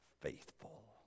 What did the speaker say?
faithful